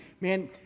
Man